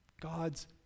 God's